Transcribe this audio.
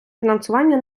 фінансування